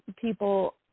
people